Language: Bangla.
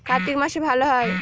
কার্তিক মাসে ভালো হয়?